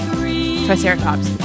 Triceratops